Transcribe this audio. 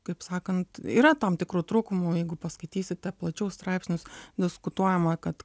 kaip sakant yra tam tikrų trūkumų jeigu paskaitysite plačiau straipsnius diskutuojama kad